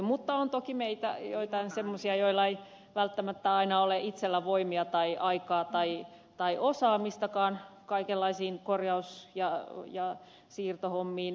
mutta on toki meitä joitain semmoisia joilla ei välttämättä aina ole itsellä voimia tai aikaa tai osaamistakaan kaikenlaisiin korjaus ja siirtohommiin